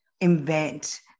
invent